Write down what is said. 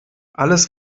alles